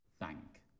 thank